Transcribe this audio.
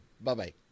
Bye-bye